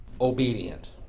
Obedient